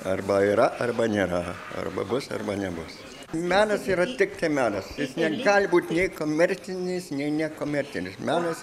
arba yra arba nėra arba bus arba nebus menas yra tik menas jis negali būt nei komercinis nei nekomercinis menas